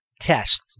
test